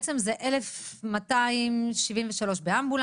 והכוננים שלכם בעצם זה 1,273 באמבולנסים,